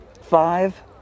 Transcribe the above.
five